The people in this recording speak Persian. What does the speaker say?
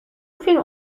فیلم